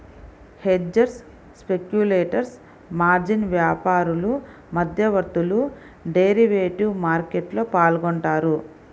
hedgers, speculators, margin వ్యాపారులు, మధ్యవర్తులు derivative మార్కెట్లో పాల్గొంటారు